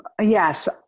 Yes